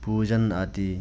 पूजनादि